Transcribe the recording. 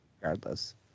regardless